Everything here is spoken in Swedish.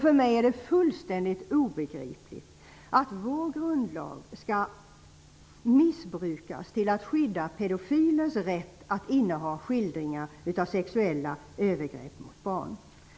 För mig är det fullständigt obegripligt att vår grundlag skall missbrukas till att skydda pedofilers rätt att inneha skildringar av sexuella övergrepp mot barn.